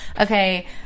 okay